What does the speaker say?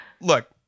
look